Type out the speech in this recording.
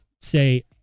say